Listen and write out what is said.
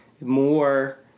more